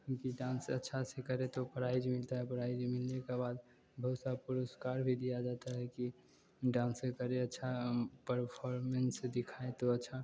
नकी डांस अच्छा से करे तो प्राइज मिलता है प्राइज मिलने के बाद बहुत सारे पुरस्कार भी दिया जाता है की डांस करे अच्छा परफोर्मेंस दिखाए तो अच्छा